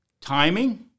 timing